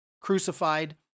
crucified